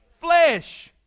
flesh